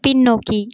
பின்னோக்கி